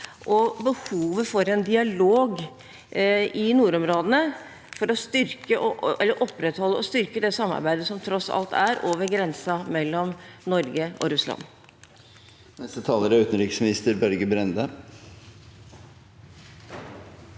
og behovet for en dialog i nordområdene for å opprettholde og styrke det samarbeidet som tross alt er over grensen mellom Norge og Russland.